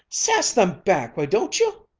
sass them back, why don't you?